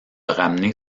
ramener